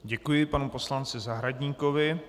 Děkuji panu poslanci Zahradníkovi.